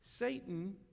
Satan